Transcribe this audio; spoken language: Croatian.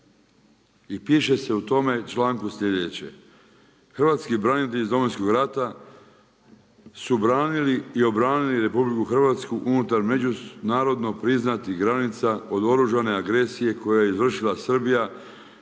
i piše se u tome članku slijedeće: „Hrvatski branitelj iz Domovinskog rata su branili i obranili RH unutar međunarodno priznatih granica od oružane agresije koju je izvršila Srbija,